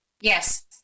Yes